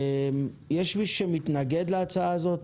יש מישהו שמתנגד להצעה הזאת?